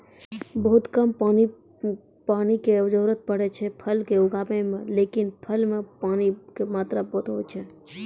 बहुत कम पानी के जरूरत पड़ै छै है फल कॅ उगाबै मॅ, लेकिन फल मॅ पानी के खूब मात्रा होय छै